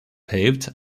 paved